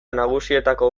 nagusietako